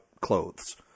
clothes